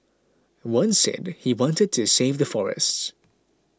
one said he wanted to save the forests